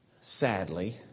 sadly